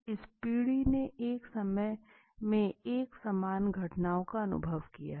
इस पीढ़ी ने एक समय में एक समान घटनाओं का अनुभव किया है